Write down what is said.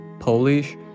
Polish